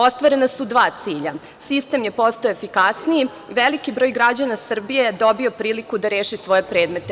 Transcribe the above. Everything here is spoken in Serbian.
Ostvarena su dva cilja, sistem je postao efikasniji, veliki broj građana Srbije je dobio priliku da reši svoje predmete.